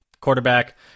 quarterback